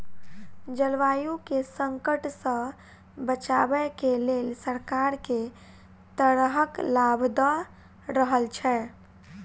जलवायु केँ संकट सऽ बचाबै केँ लेल सरकार केँ तरहक लाभ दऽ रहल छै?